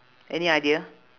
any idea